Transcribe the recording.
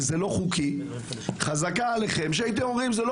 אם זה לא חוקי הייתם צריכים להגיד שאתם